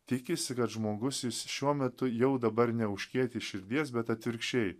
tikisi kad žmogus jis šiuo metu jau dabar neužkieti širdies bet atvirkščiai